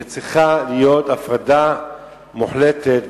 וצריכה להיות הפרדה מוחלטת,